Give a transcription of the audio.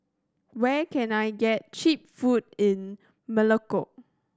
where can I get cheap food in Melekeok